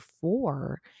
four